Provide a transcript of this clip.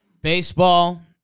Baseball